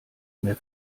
mehr